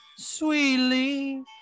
Sweetly